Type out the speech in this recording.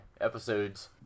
episodes